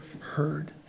heard